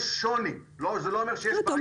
יש שוני, זה לא אומר שיש בעיה.